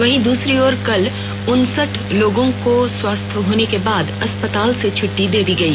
वहीं दूसरी ओर कल उनसठ लोगों को स्वस्थ होने के बाद अस्पतालों से छुट्टी दे दी गई